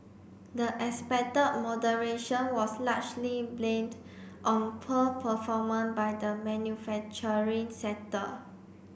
the expected moderation was largely blamed on poor by the manufacturing sector